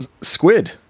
Squid